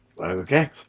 Okay